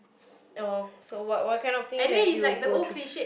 so what what kind of things have you go thru